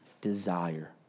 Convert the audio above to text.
desire